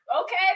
Okay